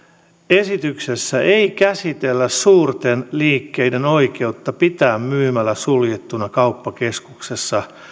esityksessä ei käsitellä suurten liikkeiden oikeutta pitää myymälä suljettuna kauppakeskuksessa